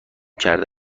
کرده